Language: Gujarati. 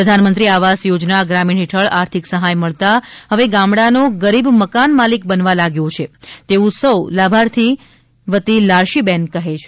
પ્રધાનમંત્રી આવાસ યોજના ગ્રામીણ હેઠળ આર્થિક સહાય મળતા હવે ગામડા નો ગરીબ મકાન માલિક બનવા લાગ્યો છે તેવું સૌ લાભાર્થી વતી લારશીબહેન કહે છે